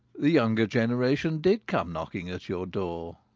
the younger generation did come knocking at your door.